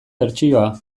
bertsioa